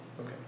Okay